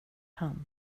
han